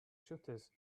shutters